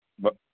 ब